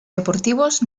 deportivos